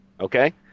okay